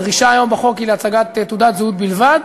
הדרישה היום בחוק היא להצגת תעודת זהות בלבד,